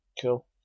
Cool